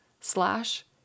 slash